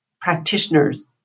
practitioners